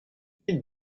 dites